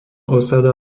osada